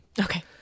Okay